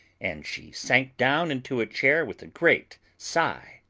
and she sank down into a chair with a great sigh,